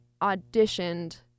auditioned